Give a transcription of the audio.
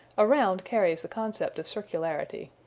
around carries the concept of circularity.